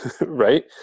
Right